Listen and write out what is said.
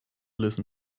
listen